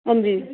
हां जी